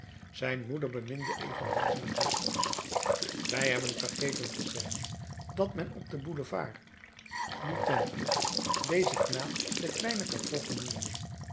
zijn moeder beminde evenwel zijn zusters wij hebben vergeten te zeggen dat men op den boulevard du temple dezen knaap den kleinen gavroche noemde